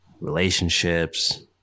Relationships